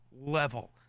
level